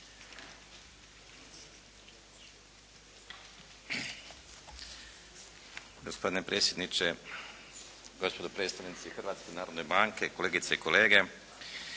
Gospodine predsjedniče, gospodo predstavnici Hrvatske narodne banke, kolegice i kolege.